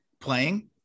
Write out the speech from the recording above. playing